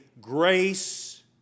grace